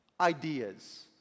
ideas